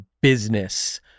business